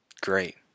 Great